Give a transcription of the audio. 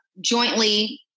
jointly